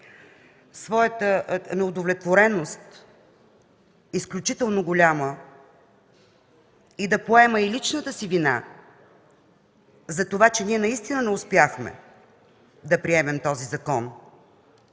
голяма неудовлетвореност и да поема и личната си вина за това, че ние наистина не успяхме да приемем този закон.